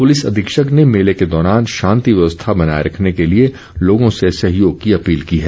police अधीक्षक ने मेले के दौरान शांति व्यवस्था बनाए रखने के लिए लोगों से सहयोग की अपील की है